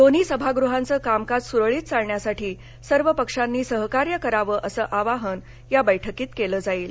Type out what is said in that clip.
दोन्ही सभागृहांचं कामकाज सुरळीत चालण्यासाठी सर्व पक्षांनी सहकार्य करावं असं आवाहन या बैठकीत केलं जाईल